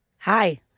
Hi